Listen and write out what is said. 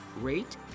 rate